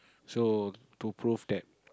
so to prove that